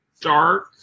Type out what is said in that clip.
dark